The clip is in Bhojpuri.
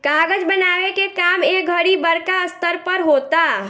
कागज बनावे के काम ए घड़ी बड़का स्तर पर होता